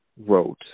wrote